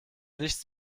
nichts